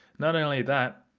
not only that,